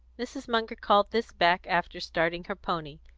mrs. munger called this back after starting her pony.